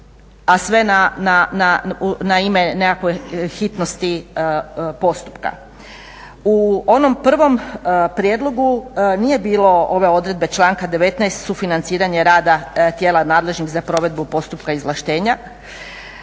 A sve na ime nekakve hitnosti postupka. U onom prvom prijedlogu nije bilo ove odredbe članka 19. sufinanciranje rada tijela nadležnih za provedbu postupka izvlaštenja